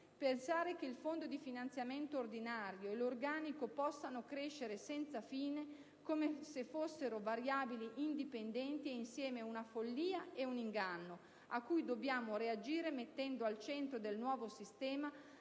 Pensare che il Fondo di finanziamento ordinario e l'organico possano crescere senza fine, come se fossero variabili indipendenti, è insieme una follia e un inganno, a cui dobbiamo reagire mettendo al centro del nuovo sistema